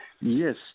Yes